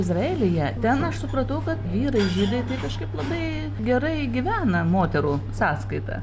izraelyje ten aš supratau kad vyrai žydai tai kažkaip labai gerai gyvena moterų sąskaita